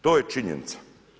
To je činjenica.